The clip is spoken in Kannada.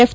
ಎಫ್